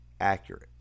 accurate